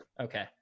okay